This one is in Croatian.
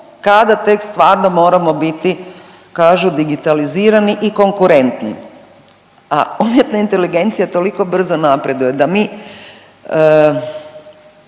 kada tek stvarno moramo biti kažu digitalizirani i konkurentni. A umjetna inteligencija toliko brzo napreduje da mi